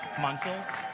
monkeys